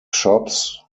shops